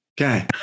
Okay